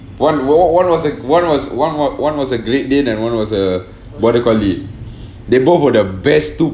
one were one was a one was one were one was a great dane and one was a what do you call it they're both were the best two